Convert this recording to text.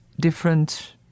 different